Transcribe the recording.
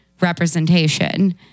representation